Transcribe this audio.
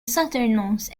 southernmost